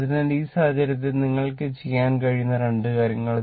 അതിനാൽ ഈ സാഹചര്യത്തിൽ നിങ്ങൾക്ക് ചെയ്യാൻ കഴിയുന്ന രണ്ട് കാര്യങ്ങൾ